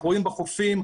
בוא נתקדם לדבר